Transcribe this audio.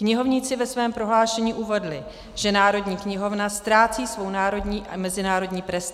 Knihovníci ve svém prohlášení uvedli, že Národní knihovna ztrácí svou národní a mezinárodní prestiž.